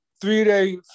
three-day